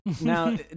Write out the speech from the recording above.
Now